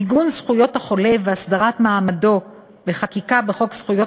עיגון זכויות החולה והסדרת מעמדו בחקיקה בחוק זכויות